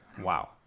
Wow